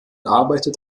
arbeitet